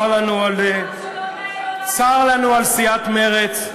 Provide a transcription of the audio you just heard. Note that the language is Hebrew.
צר לנו על סיעת מרצ,